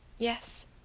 yes,